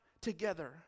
together